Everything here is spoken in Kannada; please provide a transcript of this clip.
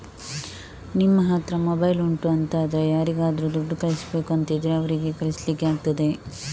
ನಿಮ್ಮ ಹತ್ರ ಮೊಬೈಲ್ ಉಂಟು ಅಂತಾದ್ರೆ ಯಾರಿಗಾದ್ರೂ ದುಡ್ಡು ಕಳಿಸ್ಬೇಕು ಅಂತಿದ್ರೆ ಅವರಿಗೆ ಕಳಿಸ್ಲಿಕ್ಕೆ ಆಗ್ತದೆ